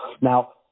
Now